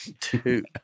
two